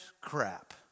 Crap